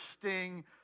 sting